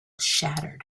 shattered